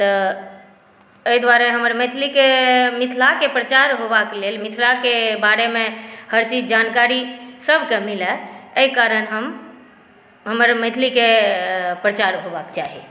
तऽ एहि दुआरे हमर मैथिलीकेॅं मिथिलाक प्रचार होबाक लेल मिथिलाके बारेमे हर चीज़ जानकारी सभके मिलय एहि कारण हम हमर मैथिलीके प्रचार होबाक चाही